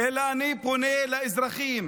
אלא אני פונה לאזרחים